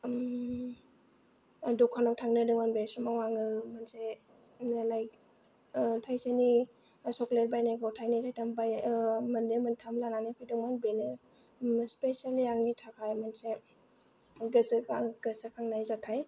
दखानआव थांनो लिङोमोन बे समाव आङो मोनसे लाइ्क थाइसेनि चक्लेट बायनायखौ टाइनैनि दाम बायो मोननै मोनथाम लानानै फैदोंमोन बेनो स्पिसियेलि आंनि थाखाय मोनसे गोसोखांनाय जाथाय